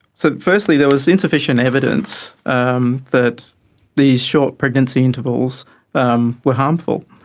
so firstly there was insufficient evidence um that these short pregnancy intervals um were harmful.